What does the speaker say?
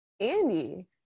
Andy